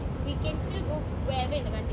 we get to know where we're going